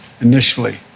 initially